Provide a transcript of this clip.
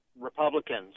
Republicans